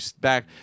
back